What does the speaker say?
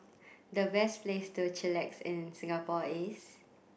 the best place to chillax in Singapore is